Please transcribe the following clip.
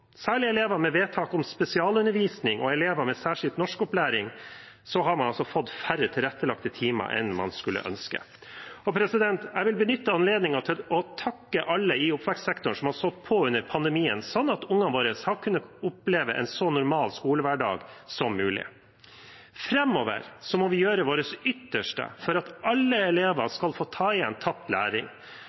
særlig elever med vedtak om spesialundervisning og elever med særskilt norskopplæring – man har altså fått færre tilrettelagte timer enn man skulle ønske. Jeg vil benytte anledningen til å takke alle i oppvekstsektoren som har stått på under pandemien sånn at ungene våre har kunnet oppleve en så normal skolehverdag som mulig. Framover må vi gjøre vårt ytterste for at alle elever skal få tatt igjen tapt læring.